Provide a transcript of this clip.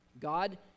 God